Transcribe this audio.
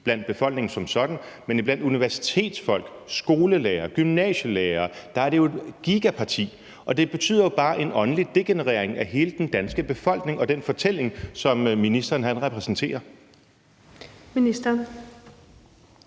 blandt befolkningen som sådan, men blandt universitetsfolk, skolelærere og gymnasielærere er det jo et gigaparti, og det betyder jo også bare, at det er en åndelig degenerering af hele den danske befolkning og den fortælling, som ministeren repræsenterer. Kl.